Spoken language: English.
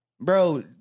Bro